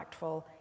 impactful